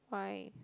why